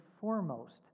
foremost